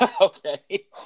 Okay